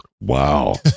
Wow